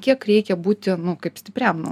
kiek reikia būti nu kaip stipriam nu